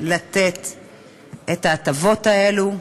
לתת את ההטבות האלה.